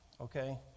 Okay